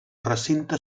recinte